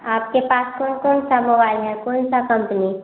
आपके पास कौन कौन सा मोबाइल है कौन सी कम्पनी